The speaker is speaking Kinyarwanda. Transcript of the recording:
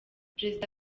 perezida